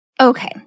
Okay